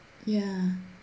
ya